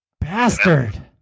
Bastard